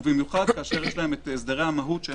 ובמיוחד כשיש להם הסדרי המהות.